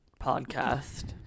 podcast